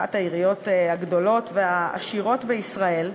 אחת העיריות הגדולות והעשירות בישראל,